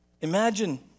Imagine